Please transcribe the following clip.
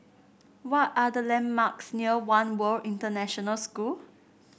what are the landmarks near One World International School